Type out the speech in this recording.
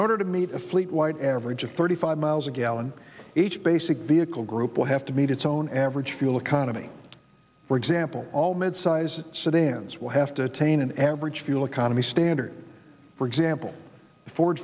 order to meet a fleet wide average of thirty five miles a gallon each basic vehicle group will have to meet its own average fuel economy for example all midsize sedan will have to tain an average fuel economy standards for example for